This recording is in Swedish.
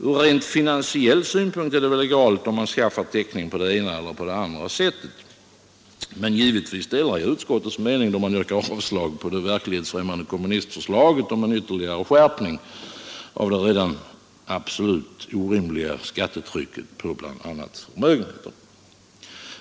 Ur rent finansiell synpunkt är det väl egalt om man skaffar täckning på det ena eller andra sättet, men givetvis delar jag utskottets mening, då det yrkar avslag på det verklighetsfrämmande kommunistförslaget om en ytterligare skärpning av det redan absolut orimliga skattetrycket på bl.a. förmögenheter.